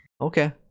Okay